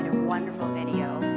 wonderful video